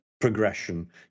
progression